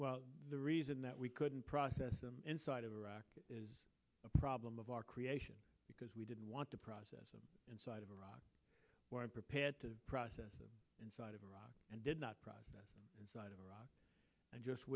well the reason that we couldn't process them inside of iraq is a problem of our creation because we didn't want to process them inside of iraq prepared to process inside of iraq and did not process inside of iraq and just